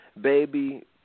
Baby